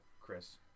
Chris